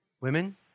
women